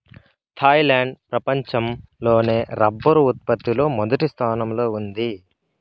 Thailand ప్రపంచం లోనే rubber ఉత్పత్తి లో మొదటి స్థానంలో ఉంది